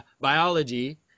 biology